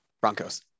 Broncos